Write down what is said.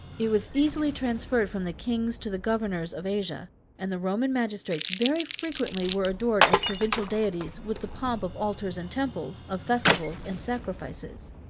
it was easily transferred from the kings to the governors of asia and the roman magistrates very frequently were adored as provincial deities, with the pomp of altars and temples, of festivals and sacrifices.